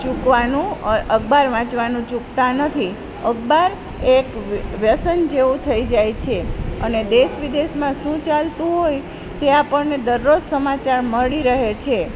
ચૂકવાનું અખબાર વાંચવાનું ચૂકતા નથી અખબાર એક વ્યસન જેવુ થઈ જાય છે અને દેશ વિદેશમાં શું ચાલતું હોય તે આપણને દરરોજ સમાચાર મળી રહે છે